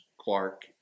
Clark